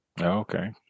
Okay